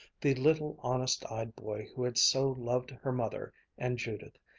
the little honest-eyed boy who had so loved her mother and judith,